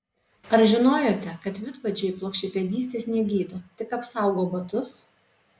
ar žinojote kad vidpadžiai plokščiapadystės negydo tik apsaugo batus